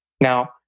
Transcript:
Now